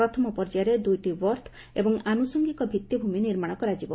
ପ୍ରଥମ ପର୍ଯ୍ୟାୟରେ ଦୁଇଟି ବର୍ଥ ଏବଂ ଆନୁଷଙ୍ଗିକ ଭିଭିମି ନିର୍ମାଣ କରାଯିବ